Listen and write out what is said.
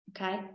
okay